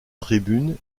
tribunes